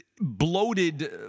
bloated